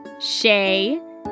Shay